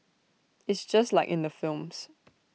it's just like in the films